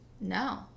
no